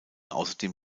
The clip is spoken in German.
außerdem